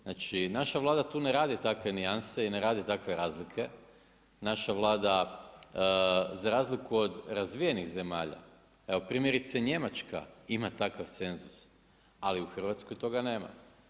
Znači naša Vlada tu ne radi takve nijanse i ne radi takve razlike, naša Vlada, za razliku od razvijenih zemalja, evo primjerice Njemačka ima takav cenzus, ali u Hrvatskoj toga nema.